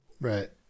Right